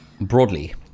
broadly